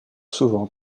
souvent